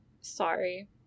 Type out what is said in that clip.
Sorry